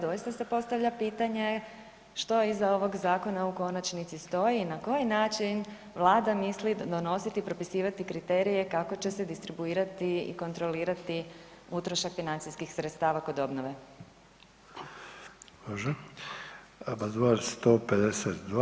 Doista se postavlja pitanje što iza ovog zakona u konačnici stoji i na koji način Vlada misli donositi i propisivati kriterije kako će se distribuirati i kontrolirati utrošak financijskih sredstava kod obnove.